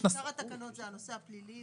למרות שאני מבינה שרוב התקנות זה הנושא הפלילי,